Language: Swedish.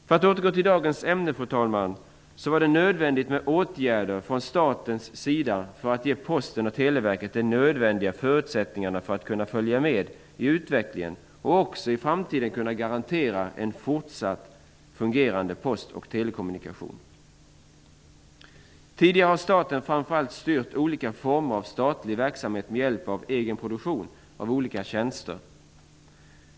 För att återgå till dagens ämne, fru talman, så var det nödvändigt med åtgärder från statens sida för att ge Posten och Televerket de nödvändiga förutsättningarna för att följa med i utvecklingen och också i framtiden kunna garantera väl fungerande postoch telekommunikationer. Tidigare har staten framför allt styrt olika former av statlig service med hjälp av egen produktion av olika tjänster.